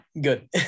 Good